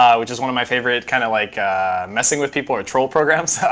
um which is one of my favorite kind of like messing with people or troll programs.